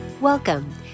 Welcome